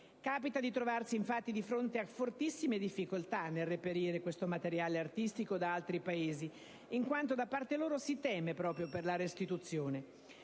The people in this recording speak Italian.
infatti di trovarsi di fronte a fortissime difficoltà nel reperire questo materiale artistico da altri Paesi, in quanto da parte loro si teme proprio per la loro restituzione.